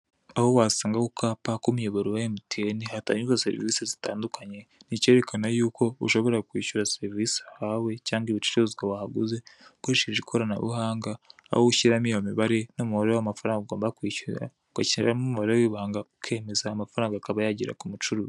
Aho wasanga ako kapa k'umuyoboro wa emutiyeni hatangirwa serivise zitandukanye, ni icyerekana yuko ushobora kwishyura serivise wahawe cyangwa ibicuruzwa wahaguze ukoresheje ikoranabuhanga aho ushyiramo iyo mibare n'umubare w'amafaranga ugomba kwishyura ugashyiramo umubare w'ibanga ukemeza, amafaranga akaba yagera ku mucuruzi.